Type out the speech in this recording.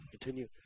continue